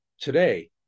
today